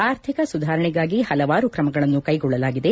ಆರ್ಥಿಕ ಸುಧಾರಣೆಗೆ ಹಲವಾರು ಕ್ರಮಗಳನ್ನು ಕೈಗೊಳ್ಳಲಾಗಿದೆ